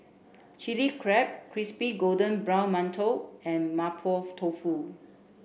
chili crab crispy golden brown mantou and Mapo Tofu